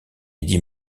eddy